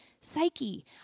psyche